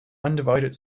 undivided